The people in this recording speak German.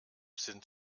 sind